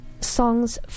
songs